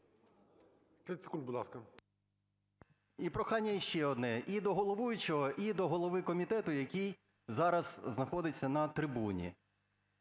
І прохання ще одне, і до головуючого, і до голови комітету, який зараз знаходиться на трибуні.